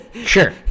Sure